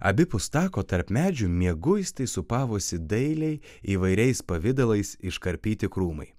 abipus tako tarp medžių mieguistai sūpavosi dailiai įvairiais pavidalais iškarpyti krūmai